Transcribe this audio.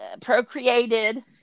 procreated